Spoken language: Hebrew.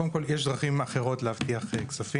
קודם כל, יש דברים אחרות להבטיח כספים.